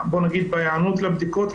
בהיענות לבדיקות.